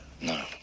No